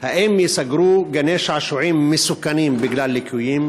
2. האם ייסגרו גני-שעשועים מסוכנים בגלל ליקויים?